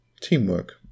Teamwork